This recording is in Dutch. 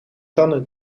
tanden